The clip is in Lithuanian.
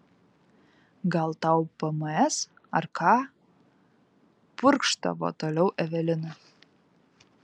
gal tau pms ar ką purkštavo toliau evelina